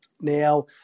now